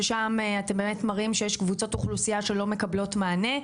ששם אתם באמת מראים שיש קבוצות אוכלוסייה שלא מקבלות מענה,